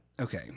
Okay